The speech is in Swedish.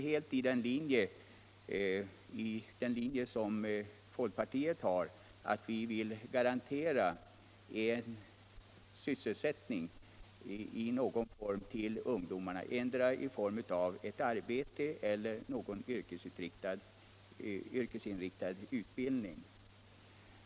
Folkpartiets linje i dessa frågor är att vi vill garantera sysselsättning i någon form för ungdomar, endera arbete eller någon yrkesinriktad utbildning.